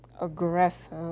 aggressive